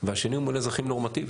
והשני הוא מול אזרחים נורמטיביים.